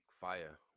fire